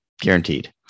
guaranteed